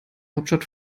hauptstadt